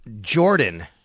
Jordan